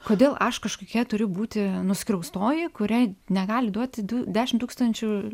kodėl aš kažkokia turiu būti nuskriaustoji kuriai negali duoti du dešimt tūkstančių